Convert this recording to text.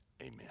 Amen